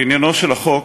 לעניינו של החוק,